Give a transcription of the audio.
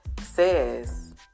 says